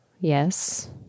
Yes